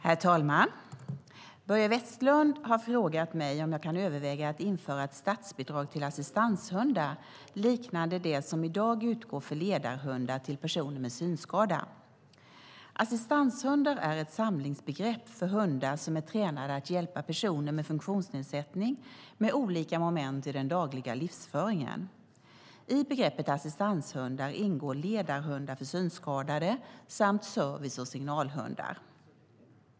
Herr talman! Börje Vestlund har frågat mig om jag kan överväga att införa ett statsbidrag till assistanshundar liknande det som i dag utgår för ledarhundar till personer med synskada. Assistanshundar är ett samlingsbegrepp för hundar som är tränade att hjälpa personer med funktionsnedsättning med olika moment i den dagliga livsföringen. I begreppet assistanshundar ingår ledarhundar för synskadade samt service och signalhundar.